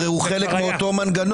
הוא הרי חלק מאותו מנגנון.